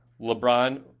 LeBron